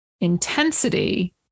intensity